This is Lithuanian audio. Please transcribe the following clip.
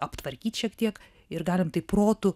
aptvarkyt šiek tiek ir galim tai protu